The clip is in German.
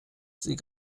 sie